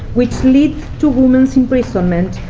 which lead to woman's imprisonment,